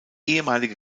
ehemalige